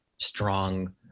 strong